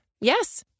Yes